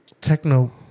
techno